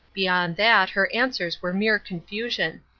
beyond that her answers were mere confusion.